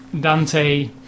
Dante